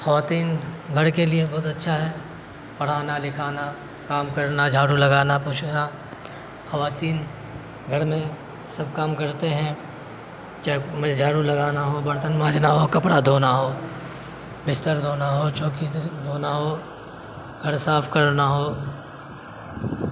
خواتین گھر کے لیے بہت اچھا ہے پڑھانا لکھانا کام کرنا جھاڑو لگانا پوچھنا خواتین گھر میں سب کام کرتے ہیں چاہے جھاڑو لگانا ہو برتن مانجھنا ہو کپڑا دھونا ہو بستر دھونا ہو چوکی دو دھونا ہو گھر صاف کرنا ہو